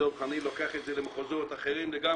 דב חנין לוקח את זה למחוזות אחרים לגמרי.